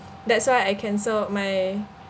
that's why I cancelled my